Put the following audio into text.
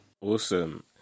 Awesome